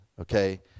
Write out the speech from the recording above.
okay